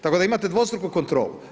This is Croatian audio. Tako da imate dvostruku kontrolu.